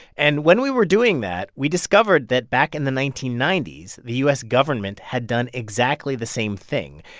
and when we were doing that, we discovered that back in the nineteen ninety s, the u s. government had done exactly the same thing.